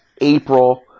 April